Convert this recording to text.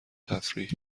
تفریح